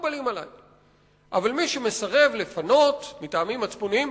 אבל מי שמסרב לפנות מטעמים מצפוניים,